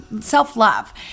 self-love